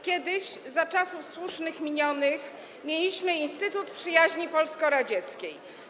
Kiedyś, za czasów słusznie minionych, mieliśmy instytut przyjaźni polsko-radzieckiej.